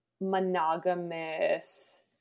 monogamous